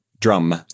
drum